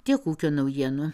tiek ūkio naujienų